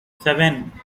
seven